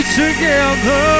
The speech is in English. together